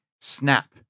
snap